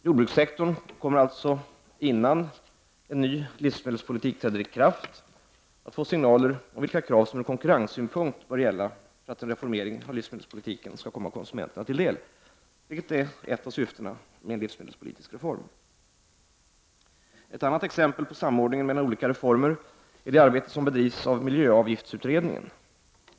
Jordbrukssektorn kommer alltså innan en ny livsmedelspolitik träder i kraft att få signaler om vilka krav som ur konkurrenssynpunkt bör gälla för att en reformering av livsmedelspolitiken skall komma konsumenterna till del, vilket är ett av syftena med en livsmedelspolitisk reform. Ett annat exempel på samordningen mellan olika reformer är det arbete som bedrivs av miljöavgiftsutredningen.